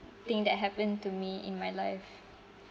thing that happen to me in my life